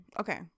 Okay